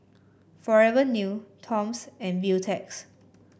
Forever New Toms and Beautex